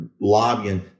lobbying